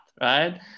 right